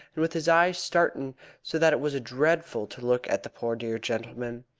and with his eyes starin' so that it was dreadful to look at the poor dear gentleman.